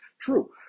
True